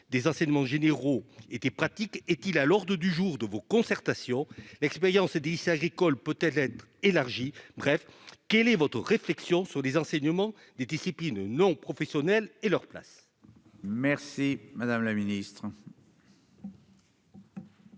des enseignements généraux et des pratiques est-il à l'ordre du jour de vos concertations ? L'expérience des lycées agricoles peut-elle être élargie ? En somme, quelle est votre réflexion sur la place de l'enseignement des disciplines non professionnelles ? Très bien ! La parole est à Mme la ministre